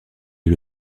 est